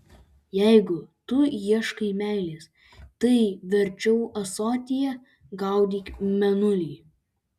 jeigu tu ieškai meilės tai verčiau ąsotyje gaudyk mėnulį